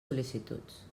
sol·licituds